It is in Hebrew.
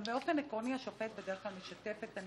רק בפני היושב-ראש וחבר הכנסת הרב גפני ועוד חבר כנסת,